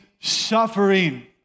suffering